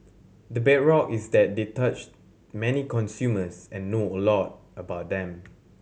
the bedrock is that they touch many consumers and know a lot about them